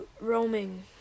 roaming